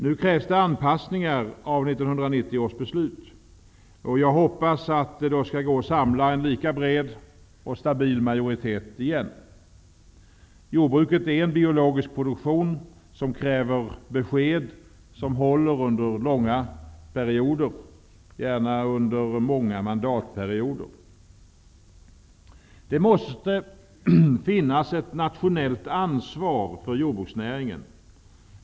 Nu krävs det anpassningar av 1990 års beslut, och jag hoppas att det skall gå att samla en lika bred och stabil majoritet igen. Jordbruket är en biologisk produktion som kräver besked som håller under långa perioder, gärna under många mandatperioder. Det måste finnas ett nationellt ansvar för jordbruksnäringen.